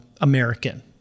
American